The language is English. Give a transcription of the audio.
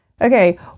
Okay